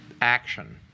action